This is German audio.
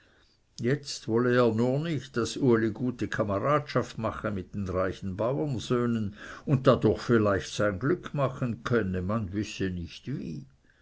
jetzt wolle er nur nicht daß uli gute kameradschaft mache mit reichen bauernsöhnen und dadurch vielleicht sein glück machen könne man wisse nicht wie